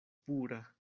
pura